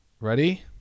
Ready